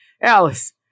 Alice